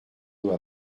d’eau